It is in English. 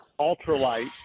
ultralight